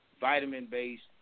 vitamin-based